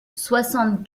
soixante